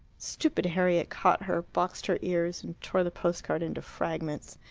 stupid harriet caught her, boxed her ears, and tore the post-card into fragments.